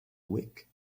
week